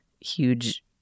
huge